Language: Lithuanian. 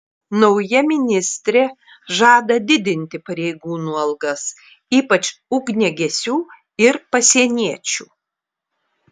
nauja ministrė žada didinti pareigūnų algas ypač ugniagesių ir pasieniečių